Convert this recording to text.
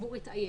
שהציבור התעייף.